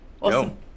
Awesome